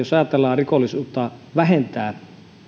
jos ajatellaan rikollisuutta vähentää